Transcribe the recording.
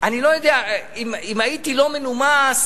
לעמותות,